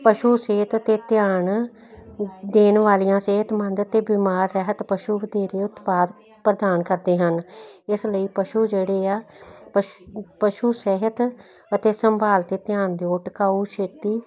ਪਸ਼ੂ ਸਿਹਤ ਤੇ ਧਿਆਨ ਦੇਣ ਵਾਲੀਆਂ ਸਿਹਤਮੰਦ ਅਤੇ ਬਿਮਾਰ ਰਹਿਤ ਪਸ਼ੂ ਵਧੇਰੇ ਉਤਪਾਦ ਪ੍ਰਦਾਨ ਕਰਦੇ ਹਨ ਇਸ ਲਈ ਪਸ਼ੂ ਜਿਹੜੇ ਆ ਪਸ਼ ਪਸ਼ੂ ਸਿਹਤ ਅਤੇ ਸੰਭਾਲ ਤੇ ਧਿਆਨ ਦਿਓ ਟਿਕਾਉ ਛੇਤੀ